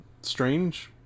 strange